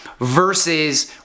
versus